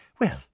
Well